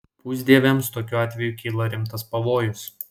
pusdieviams tokiu atveju kyla rimtas pavojus